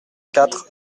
quatre